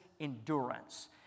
endurance